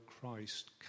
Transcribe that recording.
Christ